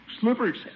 Slippers